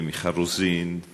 למיכל רוזין,